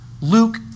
Luke